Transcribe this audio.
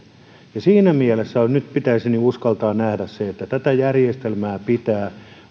siinä mielessä nyt pitäisi uskaltaa nähdä se että tätä järjestelmää pitää